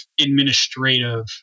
administrative